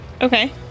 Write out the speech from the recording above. Okay